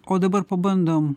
o dabar pabandom